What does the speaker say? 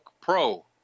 Pro